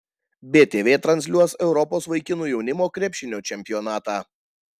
btv transliuos europos vaikinų jaunimo krepšinio čempionatą